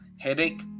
headache